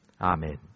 Amen